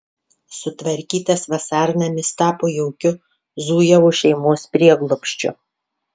sutvarkytas vasarnamis tapo jaukiu zujevų šeimos prieglobsčiu